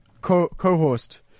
co-host